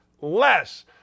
less